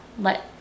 let